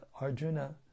Arjuna